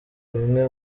bimwe